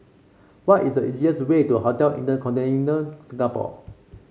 what is the easiest way to Hotel InterContinental Singapore